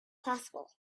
possible